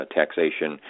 taxation